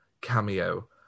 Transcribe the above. cameo